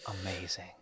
Amazing